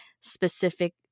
specific